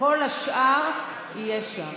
כל השאר יהיה שם.